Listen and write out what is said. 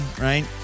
right